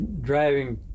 driving